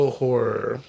horror